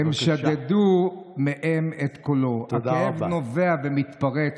אדוני היושב-ראש, חבריי חברי הכנסת, ראשית,